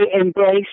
embrace